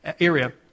area